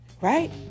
right